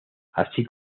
así